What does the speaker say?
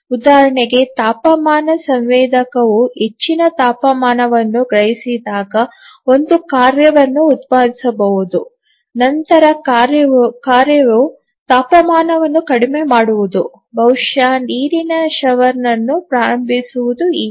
ಉದಾಹರಣೆಗೆ ತಾಪಮಾನ ಸಂವೇದಕವು ಹೆಚ್ಚಿನ ತಾಪಮಾನವನ್ನು ಗ್ರಹಿಸಿದಾಗ ಒಂದು ಕಾರ್ಯವನ್ನು ಉತ್ಪಾದಿಸಬಹುದು ನಂತರ ಕಾರ್ಯವು ತಾಪಮಾನವನ್ನು ಕಡಿಮೆ ಮಾಡುವುದು ಬಹುಶಃ ನೀರಿನ ಶವರ್ ಅನ್ನು ಪ್ರಾರಂಭಿಸುವುದು ಹೀಗೆ